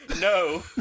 No